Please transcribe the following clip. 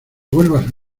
vuelvas